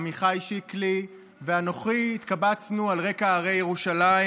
עמיחי שיקלי ואנוכי התקבצנו על רקע הרי ירושלים